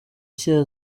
nshya